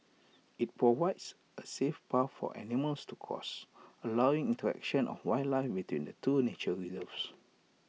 IT provides A safe path for animals to cross allowing interaction of wildlife between the two nature reserves